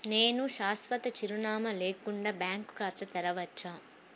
నేను శాశ్వత చిరునామా లేకుండా బ్యాంక్ ఖాతా తెరవచ్చా?